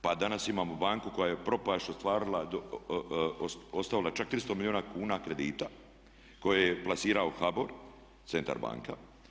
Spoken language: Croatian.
Pa danas imamo banku koja je propast ostvarila, ostavila čak 300 milijuna kuna kredita koje je plasirao HBOR, Centar banka.